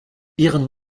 ihren